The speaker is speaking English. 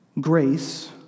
Grace